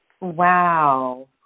Wow